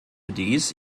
dies